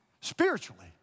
spiritually